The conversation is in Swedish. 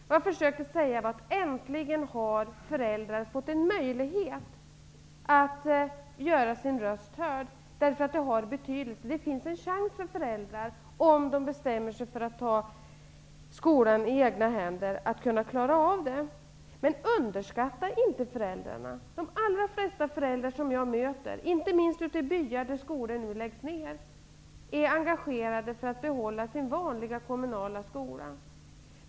Vad jag försökte säga var att äntligen har föräldrar fått en möjlighet att göra sin röst hörd. Det finns en chans för föräldrar, om de bestämmer sig för att ta skolan i egna händer, att klara av det. Underskatta inte föräldrarna! De allra flesta föräldrar som jag möter, inte minst i bygder där skolor nu läggs ned, är engagerade för att behålla sin vanliga kommunala skola.